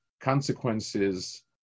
consequences